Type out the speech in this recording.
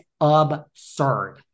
absurd